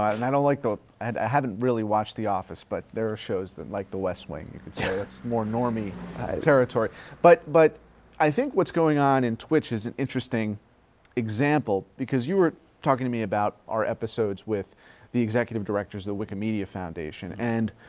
i and i don't like the, and i haven't really watched the office, but there are shows that like the west wing, you could say it's more normie territory but but i think what's going on in twitch is an interesting example because you were talking to me about our episodes with the executive directors of the wikimedia foundation and